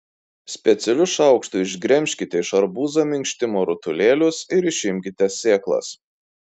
specialiu šaukštu išgremžkite iš arbūzo minkštimo rutulėlius ir išimkite sėklas